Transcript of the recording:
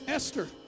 Esther